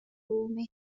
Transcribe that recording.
ruumi